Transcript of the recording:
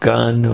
Gun